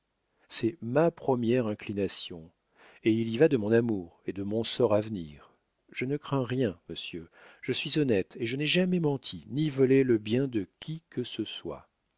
c'est ma promière inclination et il y va de mon amour et de mon sort à venir je ne crains rien monsieur je suis honnête et je n'ai jamais menti ni volé le bien de qui que ce soit